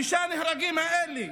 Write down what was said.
ששת הנהרגים האלה